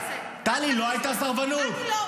בבקשה, אל תכניס אותי לזה.